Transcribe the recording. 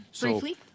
Briefly